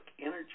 Energy